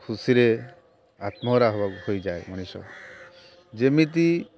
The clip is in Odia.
ଖୁସିରେ ଆତ୍ମହରା ହୋଇଯାଏ ମଣିଷ ଯେମିତି